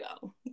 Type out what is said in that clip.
go